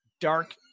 dark